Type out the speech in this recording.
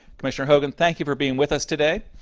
commissioner hogan, thank you for being with us today.